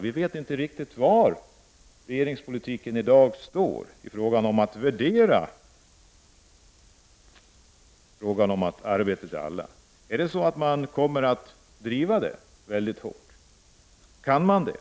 Vi vet inte riktigt var regeringen i dag står i fråga om målet arbete åt alla. Kommer man att driva den frågan hårt? Kan man det?